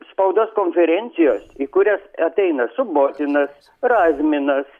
spaudos konferencijos į kurias ateina subotinas razminas